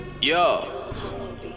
Yo